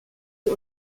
sie